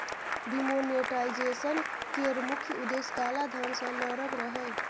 demonetisation केर मुख्य उद्देश्य काला धन सँ लड़ब रहय